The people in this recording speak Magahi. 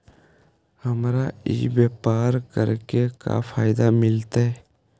हमरा ई व्यापार करके का फायदा मिलतइ?